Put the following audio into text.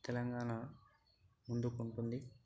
తెలంగాణ ముందుకు ఉంటుంది